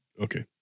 Okay